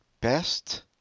Best